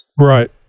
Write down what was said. Right